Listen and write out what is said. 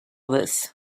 this